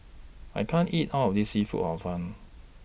I can't eat All of This Seafood Hor Fun